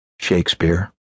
Shakespeare